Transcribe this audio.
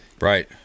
Right